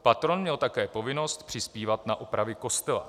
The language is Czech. Patron měl také povinnost přispívat na opravy kostela.